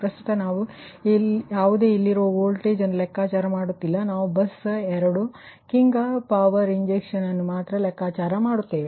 ಪ್ರಸ್ತುತ ನಾವು ಯಾವುದೇ ಇಲ್ಲಿರುವ ವೋಲ್ಟೇಜ್ ಅನ್ನು ಲೆಕ್ಕಾಚಾರ ಮಾಡುತ್ತಿಲ್ಲ ನಾವು ಬಸ್ 2 Q ಪವರ್ ಇಂಜೆಕ್ಷನ್ ಅನ್ನು ಮಾತ್ರ ಲೆಕ್ಕಾಚಾರ ಮಾಡುತ್ತಿದ್ದೇವೆ